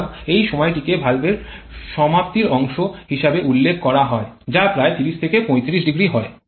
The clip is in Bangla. সুতরাং এই সময়টিকে ভালভের সমাপতিত অংশ হিসাবে উল্লেখ করা হয় যা প্রায় ৩০ থেকে ৩৫০ হয়